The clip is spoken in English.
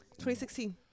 2016